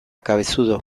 cabezudo